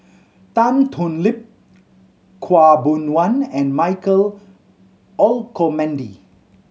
Tan Thoon Lip Khaw Boon Wan and Michael Olcomendy